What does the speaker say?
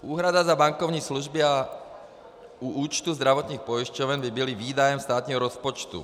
Úhrada za bankovní služby u účtu zdravotních pojišťoven by byly výdajem státního rozpočtu.